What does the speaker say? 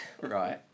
Right